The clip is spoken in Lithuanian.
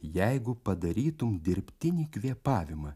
jeigu padarytum dirbtinį kvėpavimą